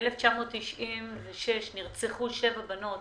שב-1996 נרצחו שבע בנות